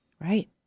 Right